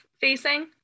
facing